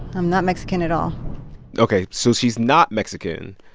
i'm not mexican at all ok. so she's not mexican,